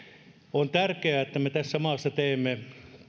on tärkeää että me tässä maassa teemme